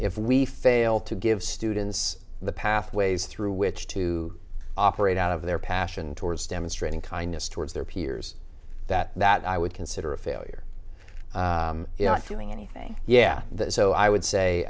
if we fail to give students the pathways through which to operate out of their passion towards demonstrating kindness towards their peers that that i would consider a failure you know feeling anything yeah so i would say